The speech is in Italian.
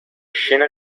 scena